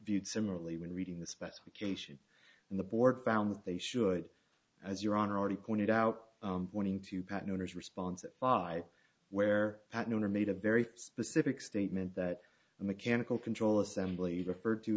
viewed similarly when reading the specification and the board found that they should as your honor already pointed out pointing to patent owners response at five where at noon or made a very specific statement that the mechanical control assembly referred to